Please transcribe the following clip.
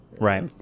right